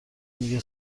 میگه